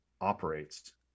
operates